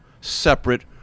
separate